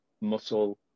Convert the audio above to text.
muscle